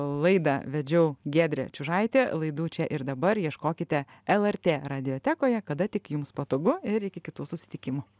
laidą vedžiau giedrė čiužaitė laidų čia ir dabar ieškokite lrt radiotekoje kada tik jums patogu ir iki kitų susitikimų